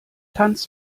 tanz